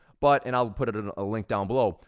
but and i'll put it it in a link down below,